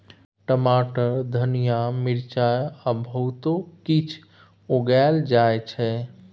टमाटर, धनिया, मिरचाई आ बहुतो किछ उगाएल जाइ छै